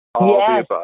Yes